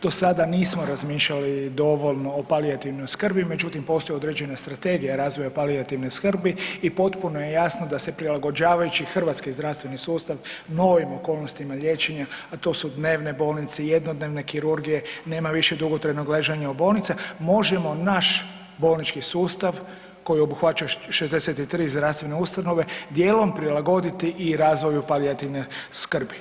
Do sada nismo razmišljali dovoljno o palijativnoj skrbi, međutim postoje određena Strategija razvoja palijativne skrbi i potpuno je jasno da se prilagođavajući hrvatski zdravstveni sustav novim okolnostima liječenja, a to su dnevne bolnice, jednodnevne kirurgije, nema više dugotrajnog ležanja u bolnici, možemo naš bolnički sustav koji obuhvaća 63 zdravstvene ustanove, dijelom prilagoditi i razvoju palijativne skrbi.